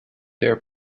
their